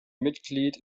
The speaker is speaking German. mitglied